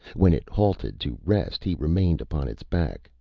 when it halted to rest he remained upon its back,